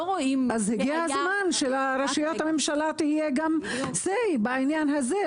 אז הגיע הזמן שלרשויות הממשלה יהיה גם say בעניין הזה,